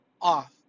off